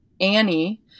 Annie